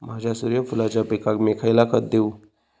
माझ्या सूर्यफुलाच्या पिकाक मी खयला खत देवू?